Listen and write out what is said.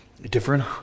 different